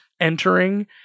entering